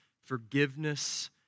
forgiveness